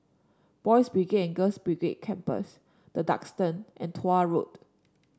Boys' Brigade Girls' Brigade Campsite The Duxton and Tuah Road